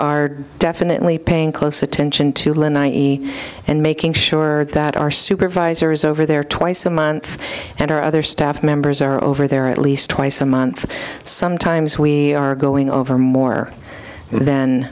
are definitely paying close attention to lynn i e and making sure that our supervisor is over there twice a month and our other staff members are over there at least twice a month sometimes we are going over more th